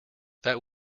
that